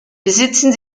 besitzen